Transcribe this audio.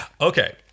Okay